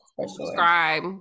Subscribe